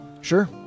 Sure